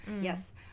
Yes